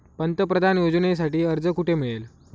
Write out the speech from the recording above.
पंतप्रधान योजनेसाठी अर्ज कुठे मिळेल?